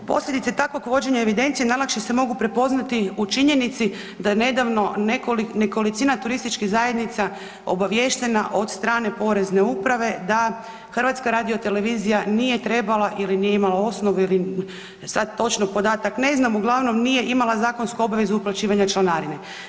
Posljedice takvog vođenja evidencije najlakše se mogu prepoznati u činjenici da je nedavno nekolicina turističkih zajednica obaviještena od strane Porezne uprave da HRT nije trebala ili nije imala osnovu ili sad točno podatak ne znam, uglavnom nije imala zakonsku obvezu uplaćivanja članarine.